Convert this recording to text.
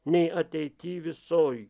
nei ateityj visoj